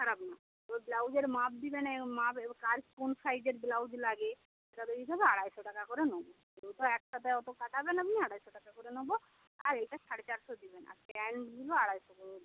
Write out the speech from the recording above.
খারাপ না ওই ব্লাউজের মাপ দেবেন এ মাপ এবার কার কোন সাইজের ব্লাউজ লাগে এভাবে এইভাবে আড়াইশো টাকা করে নেবো যেহেতু একসাথে অত কাটাবেন আপনি আড়াইশো টাকা করে নেবো আর এইটা সাড়ে চারশো দিবেন আর প্যান্টগুলো আড়াইশো করেও দিবেন